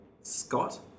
Scott